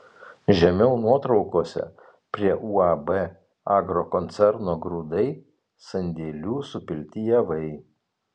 žemiau nuotraukose prie uab agrokoncerno grūdai sandėlių supilti javai